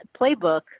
playbook